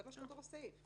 זה מה שכתוב בסעיף.